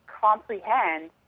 comprehend